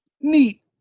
Neat